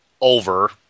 over